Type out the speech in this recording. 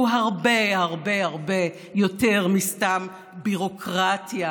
שהוא הרבה הרבה הרבה יותר מסתם ביורוקרטיה.